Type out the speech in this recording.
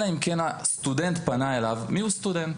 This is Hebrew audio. אלא אם כן הסטודנט פנה אליו - מיהו סטודנט.